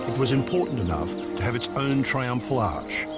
was important enough to have its own triumphal arch,